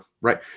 right